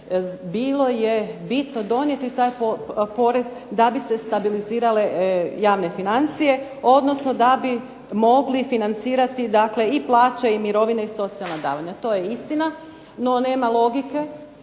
bilo je bitno donijeti taj porez da bi se stabilizirale javne financije, odnosno da bi mogli financirati i plaće i mirovine i socijalna davanja. To je istina, no nema logike